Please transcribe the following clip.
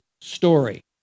story